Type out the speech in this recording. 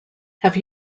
have